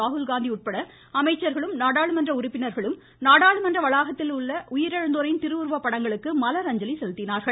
ராகுல்காந்தி உட்பட அமைச்சர்களும் நாடாளுமன்ற உறுப்பினர்களும் நாடாளுமன்ற வளாகத்தில் உள்ள உயிரிழந்தோரின் திருவுருவப் படங்களுக்கு மலரஞ்சலி செலுத்தினார்கள்